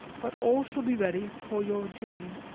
but all shall be ready for your journey.